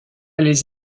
les